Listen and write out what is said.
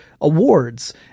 awards